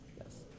yes